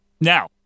now